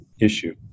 issue